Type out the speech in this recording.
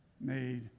made